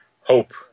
hope